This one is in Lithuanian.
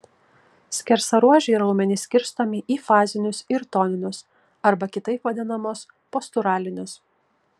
skersaruožiai raumenys skirstomi į fazinius ir toninius arba kitaip vadinamus posturalinius